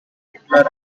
hitler